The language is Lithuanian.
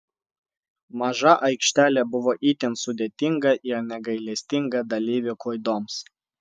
maža aikštelė buvo itin sudėtinga ir negailestinga dalyvių klaidoms